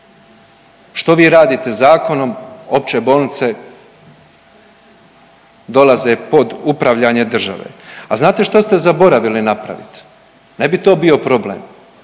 Što vi radite zakonom? Opće bolnice dolaze pod upravljanje države. A znate šta ste zaboravili napravit, ne bi to bio problem?